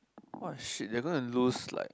!wah! shit they gonna lose like